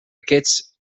aquests